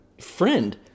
friend